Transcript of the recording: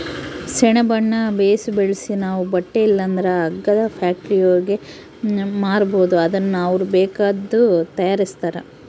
ಸೆಣಬುನ್ನ ಬೇಸು ಬೆಳ್ಸಿ ನಾವು ಬಟ್ಟೆ ಇಲ್ಲಂದ್ರ ಹಗ್ಗದ ಫ್ಯಾಕ್ಟರಿಯೋರ್ಗೆ ಮಾರ್ಬೋದು ಅದುನ್ನ ಅವ್ರು ಬೇಕಾದ್ದು ತಯಾರಿಸ್ತಾರ